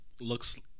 looks